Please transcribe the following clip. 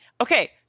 Okay